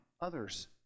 others